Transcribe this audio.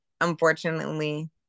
Unfortunately